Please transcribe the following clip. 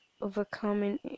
overcoming